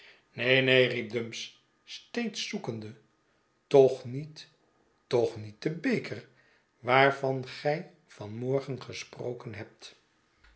neen neen riep dumps steeds zoekende toch niet toch niet den beker waarvan gy van morgen gesproken hebt